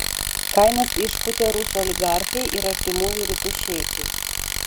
kainas išpūtė rusų oligarchai ir artimųjų rytų šeichai